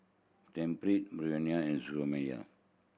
Tempt Burnie and Xiaomi